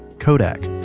kodak